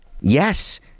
Yes